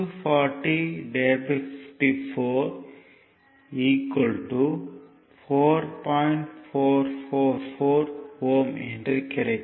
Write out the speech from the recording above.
444 Ω என்று கிடைக்கும்